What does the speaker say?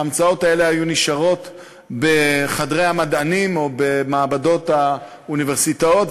ההמצאות האלה היו נשארות בחדרי המדענים או במעבדות האוניברסיטאות,